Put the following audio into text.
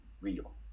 real